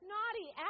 Naughty